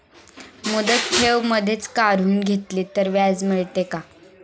मुदत ठेव मधेच काढून घेतली तर व्याज मिळते का?